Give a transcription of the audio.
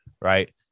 Right